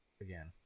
again